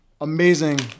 amazing